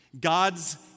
God's